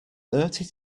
thirty